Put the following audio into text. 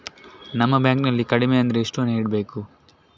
ನಮ್ಮ ಬ್ಯಾಂಕ್ ನಲ್ಲಿ ಕಡಿಮೆ ಅಂದ್ರೆ ಎಷ್ಟು ಹಣ ಇಡಬೇಕು?